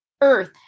Earth